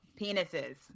penises